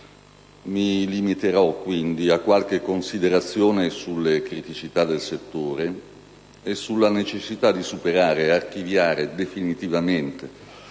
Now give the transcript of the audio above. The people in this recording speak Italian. Mi limiterò quindi a qualche considerazione sulle criticità del settore e sulla necessità di superare ed archiviare definitivamente